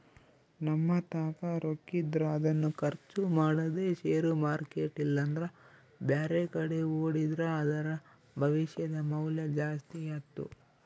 ನಮ್ಮತಾಕ ರೊಕ್ಕಿದ್ರ ಅದನ್ನು ಖರ್ಚು ಮಾಡದೆ ಷೇರು ಮಾರ್ಕೆಟ್ ಇಲ್ಲಂದ್ರ ಬ್ಯಾರೆಕಡೆ ಹೂಡಿದ್ರ ಅದರ ಭವಿಷ್ಯದ ಮೌಲ್ಯ ಜಾಸ್ತಿ ಆತ್ತು